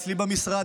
אצלי במשרד,